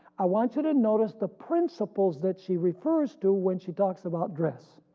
i want you to notice the principles that she refers to when she talks about dress.